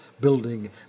building